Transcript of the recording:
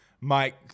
Mike